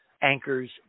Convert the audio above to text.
anchors